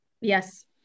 Yes